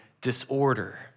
disorder